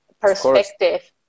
perspective